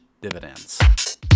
dividends